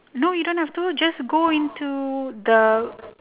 no you don't have to just go into the